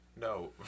No